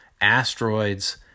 asteroids